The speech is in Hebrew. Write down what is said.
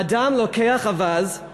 אדם לוקח אווז,